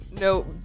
no